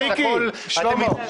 אז הכול --- אתה מפריע למיקי?